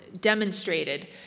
demonstrated